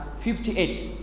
58